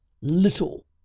little